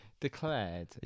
declared